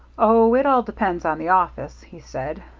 oh, it all depends on the office, he said.